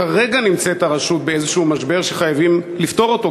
כרגע נמצאת הרשות באיזה משבר שחייבים לפתור אותו,